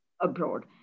abroad